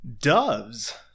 Doves